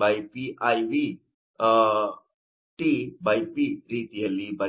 by PiV P ರೀತಿಯಲ್ಲಿ ಬರೆಯಬಹುದು